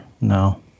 no